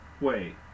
Wait